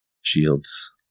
shields